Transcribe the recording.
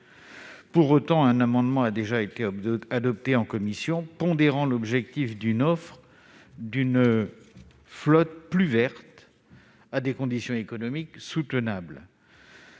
Pour autant, un amendement a déjà été adopté en commission pondérant l'objectif d'une flotte plus verte à des « conditions économiques soutenables